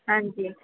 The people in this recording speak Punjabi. ਹਾਂਜੀ